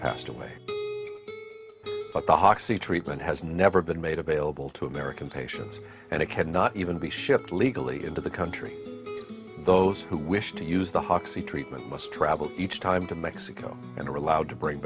passed away but the hoxsey treatment has never been made available to american patients and it cannot even be shipped legally into the country those who wish to use the hoxsey treatment must travel each time to mexico and are allowed